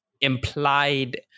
implied